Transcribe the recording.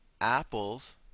apples